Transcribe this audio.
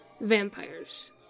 Vampires